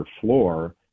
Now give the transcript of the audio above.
floor –